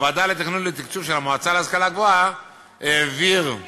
הוועדה לתכנון ולתקצוב של המועצה להשכלה גבוהה העבירה